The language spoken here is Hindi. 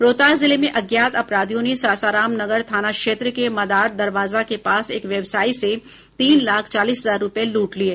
रोहतास जिले में अज्ञात अपरधियों ने सासाराम नगर थाना क्षेत्र के मदार दरवाजा के पास एक व्यवसायी से तीन लाख चालीस हजार रूपये लूट लिये